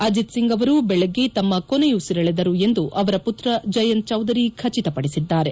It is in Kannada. ಅಜಿತ್ ಸಿಂಗ್ ಅವರು ಬೆಳಿಗ್ಗೆ ತಮ್ಲ ಕೊನೆಯುಸಿರೆಳೆದರು ಎಂದು ಅವರ ಪುತ್ರ ಜಯಂತ್ ಚೌಧರಿ ಖಚಿತಪಡಿಸಿದ್ದಾರೆ